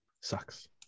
Sucks